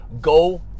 go